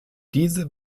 diese